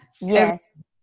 Yes